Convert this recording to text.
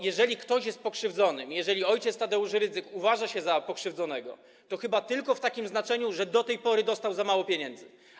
Jeżeli ktoś jest pokrzywdzony, jeżeli ojciec Tadeusz Rydzyk uważa się za pokrzywdzonego, to chyba tylko w takim znaczeniu, że do tej pory dostał za mało pieniędzy.